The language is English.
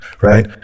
right